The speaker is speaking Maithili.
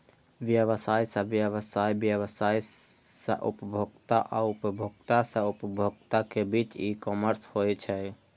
व्यवसाय सं व्यवसाय, व्यवसाय सं उपभोक्ता आ उपभोक्ता सं उपभोक्ता के बीच ई कॉमर्स होइ छै